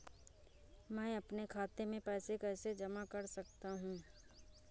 मैं अपने खाते में पैसे कैसे जमा कर सकता हूँ?